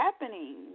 happening